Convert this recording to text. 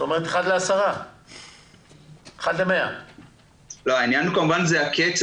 כלומר 1:100. העניין הוא הקצב.